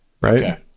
Right